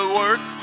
work